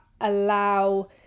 allow